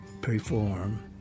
perform